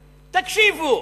תקשיבו,